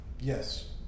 yes